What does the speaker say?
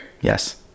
Yes